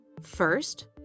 First